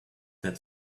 that